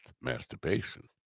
masturbation